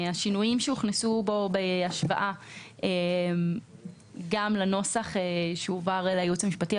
השינויים שהוכנסו בו בהשוואה גם לנוסח שהועבר לייעוץ המשפטי,